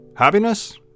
happiness